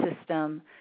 system